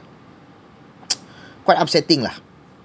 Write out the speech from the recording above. quite upsetting lah